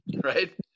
right